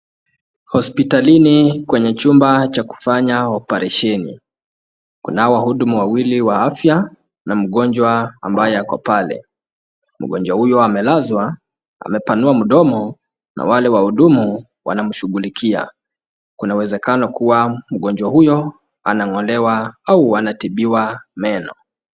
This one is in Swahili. Hospitalini kwenye chumba cha kufanya oparesheni . Kunao wahuduma wawili wa afya na mgonjwa ambaye ako pale. Mgonjwa huyo amelazwa amepanua mdomo na wale wahudumu wanamshughulikia. Kuna uwezekano kuwa mgonjwa huyo anang'olewa au anatibiwa meno.